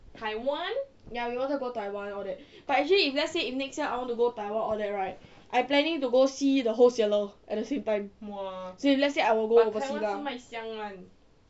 ya we wanted to go taiwan all that but actually if let's say if next year I want to go taiwan all that right I planning to go see the wholesaler at the same time so let's say I will go oversea lah